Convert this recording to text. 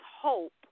hope